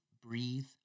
breathe